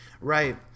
Right